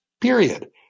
period